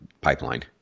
pipeline